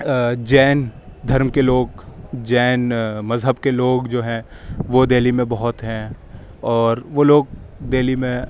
جین دھرم کے لوگ جین مذہب کے لوگ جو ہیں وہ دہلی میں بہت ہیں اور وہ لوگ دہلی میں